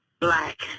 Black